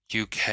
UK